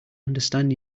understand